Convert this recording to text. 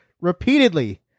repeatedly